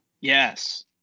yes